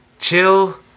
chill